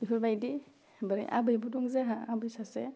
बिफोरबायदि ओमफ्राय आबैबो दं जोंहा आबै सासे